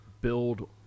build